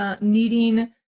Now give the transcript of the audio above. needing